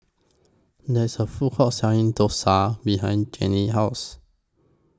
There's A Food Court Selling Dosa behind Jennie's House